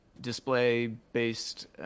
display-based